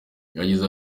yagize